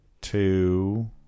two